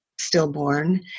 stillborn